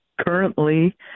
currently